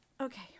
Okay